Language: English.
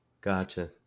Gotcha